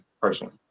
personally